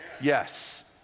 Yes